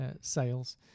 sales